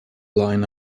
line